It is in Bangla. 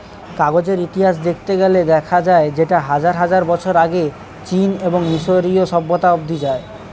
কাগজের ইতিহাস দেখতে গেলে দেখা যায় সেটা হাজার হাজার বছর আগে চীন এবং মিশরীয় সভ্যতা অবধি যায়